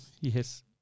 Yes